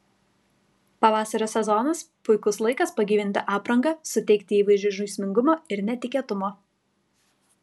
pavasario sezonas puikus laikas pagyvinti aprangą suteikti įvaizdžiui žaismingumo ir netikėtumo